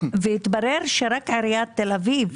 והתברר שרק עיריית תל אביב,